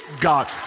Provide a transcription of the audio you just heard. God